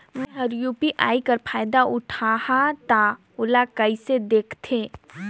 मैं ह यू.पी.आई कर फायदा उठाहा ता ओला कइसे दखथे?